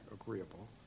agreeable